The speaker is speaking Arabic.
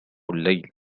الليل